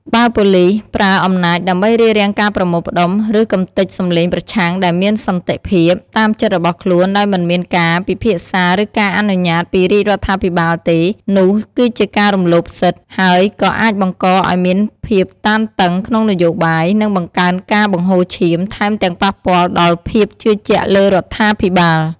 បើប៉ូលីសប្រើអំណាចដើម្បីរារាំងការប្រមូលផ្តុំ ឬកម្ទេចសម្លេងប្រឆាំងដែលមានសន្តិភាព តាមចិត្តរបស់ខ្លួនដោយមិនមានការពិភាក្សាឬការអនុញ្ញាតពីរាជរដ្ឋាភិបាលទេ នោះគឺជាការរំលោភសិទ្ធិ ហើយក៏អាចបង្កឱ្យមានភាពតានតឹងក្នុងនយោបាយ និងបង្កើនការបង្ហូរឈាម ថែមទាំងប៉ះពាល់ដល់ភាពជឿជាក់លើរដ្ឋាភិបាល។